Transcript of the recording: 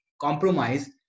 compromise